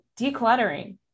decluttering